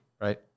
right